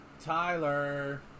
Tyler